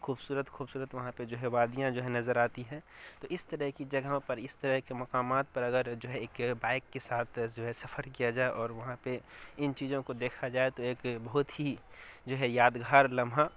خوبصورت خوبصورت وہاں پہ جو ہے وادیاں جو ہیں نظر آتی ہیں تو اس طرح کی جگہوں پر اس طرح کے مقامات پر اگر جو ہے ایک بائک کے ساتھ جو ہے سفر کیا جائے اور وہاں پہ ان چیز وں کو دیکھا جائے تو ایک بہت ہی جو ہے یادگار لمحہ